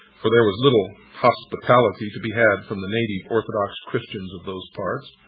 for there was little hospitality to be had from the native orthodox christians of those parts.